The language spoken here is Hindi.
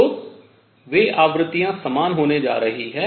तो वे आवृत्तियाँ समान होने जा रही है